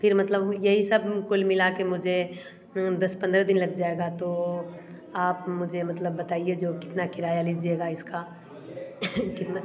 फिर मतलब यही सब कुल मिला के मुझे दस पंद्रह दिन लग जाएगा तो आप मुझे मतलब बताइए जो कितना किराया लीजिएगा इसका कितना